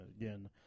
again